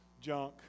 junk